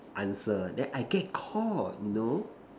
answer then I get caught you know